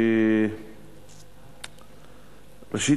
ראשית,